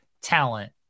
talent